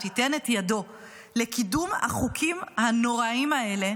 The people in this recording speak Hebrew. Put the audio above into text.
ייתן את ידו לקידום החוקים הנוראיים האלה,